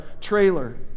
trailer